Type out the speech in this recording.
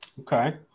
Okay